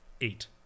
eight